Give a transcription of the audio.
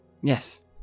Yes